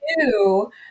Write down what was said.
two